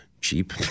cheap